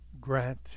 grant